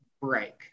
break